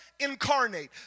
incarnate